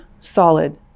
solid